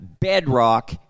bedrock